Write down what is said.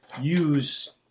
use